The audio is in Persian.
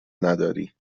نداری